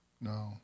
No